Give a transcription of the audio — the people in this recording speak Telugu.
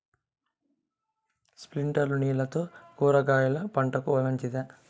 స్ప్రింక్లర్లు నీళ్లతో కూరగాయల పంటకు మంచిదా?